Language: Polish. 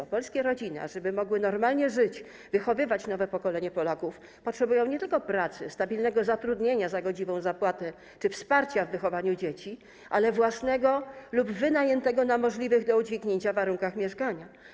Żeby polskie rodziny mogły normalnie żyć, wychowywać nowe pokolenia Polaków, potrzebują nie tylko pracy, stabilnego zatrudnienia za godziwą zapłatę czy wsparcia w wychowaniu dzieci, lecz także własnego lub wynajętego na możliwych do udźwignięcia warunkach mieszkania.